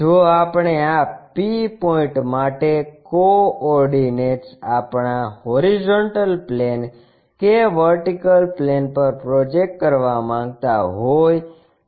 જો આપણે આ P પોઇન્ટ માટે કોઓર્ડિનેટ્સ આપણા હોરીઝોન્ટલ પ્લેન કે વર્ટિકલ પ્લેન પર પ્રોજેક્ટ કરવા માંગતા હોય તો